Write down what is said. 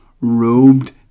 robed